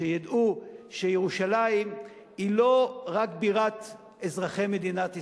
שידעו שירושלים היא לא רק בירת אזרחי מדינת ישראל,